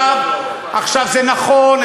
זה נכון,